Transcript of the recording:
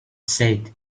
said